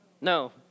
No